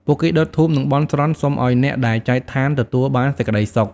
ពួកគេដុតធូប និងបន់ស្រន់សុំឲ្យអ្នកដែលចែនឋានទទួលបានសេចក្ដីសុខ។